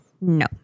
No